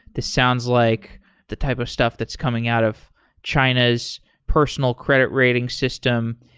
this sounds like the type of stuff that's coming out of china's personal credit rating system,